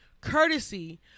courtesy